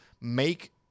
make